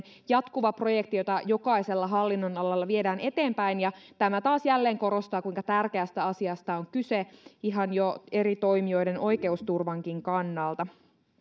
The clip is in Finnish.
jatkuva projekti jota jokaisella hallinnonalalla viedään eteenpäin ja tämä taas jälleen korostaa kuinka tärkeästä asiasta on kyse ihan jo eri toimijoiden oikeusturvankin kannalta